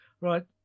right